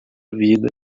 vida